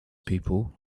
people